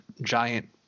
giant